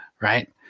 Right